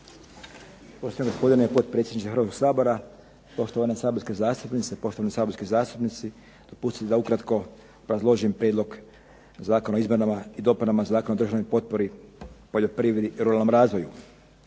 zastupnice, poštovani saborski zastupnici dopustite da ukratko obrazložim prijedlog Zakona o izmjenama i dopunama Zakona o državnoj potpori poljoprivredi i ruralnom razvoju.